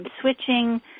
switching